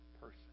person